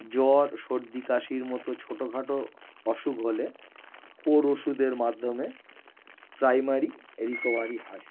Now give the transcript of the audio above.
জ্বর সর্দি কাশির মতো ছোটো খাটো অসুখ হলে ওর ওষুধের মাধ্যমে প্রাইমারী রিকভারি হয়